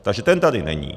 Takže ten tady není.